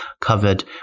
covered